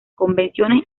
convenciones